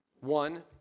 One